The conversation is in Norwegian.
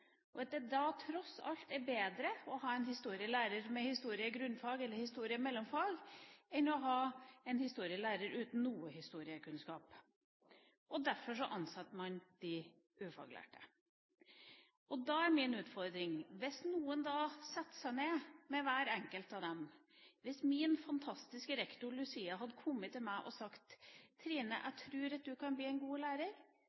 det er tross alt bedre å ha en historielærer med historie grunnfag eller mellomfag enn å ha en historielærer uten noe historiekunnskap. Derfor ansetter man de ufaglærte. Da er min utfordring: Hva hvis noen setter seg ned med hver enkelt av dem – som hvis min fantastiske rektor Lucia hadde kommet til meg og sagt: Trine,